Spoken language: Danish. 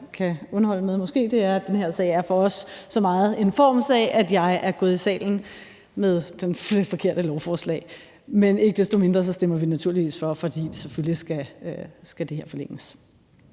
kan underholde med, er, at den her sag for os er så meget en formssag, at jeg er gået i salen med det forkerte lovforslag. Men ikke desto mindre stemmer vi naturligvis for, for selvfølgelig skal det her forlænges.